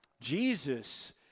Jesus